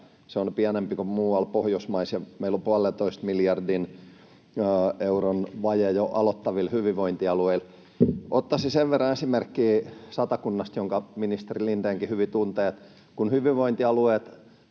on pienempi kuin muualla Pohjoismaissa ja meillä on jo puolentoista miljardin euron vaje aloittaville hyvinvointialueille. Ottaisin esimerkkiä Satakunnasta, jonka ministeri Lindénkin hyvin tuntee: kun hyvinvointialueet